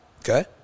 okay